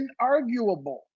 inarguable